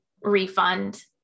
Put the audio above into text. refund